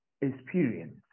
experience